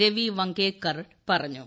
രവിവാങ്കേക്കർ പറഞ്ഞു